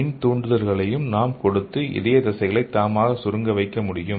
மின் தூண்டுதல்களையும் நாம் கொடுத்து இதய தசைகளை தாமாகவே சுருங்க வைக்கமுடியும்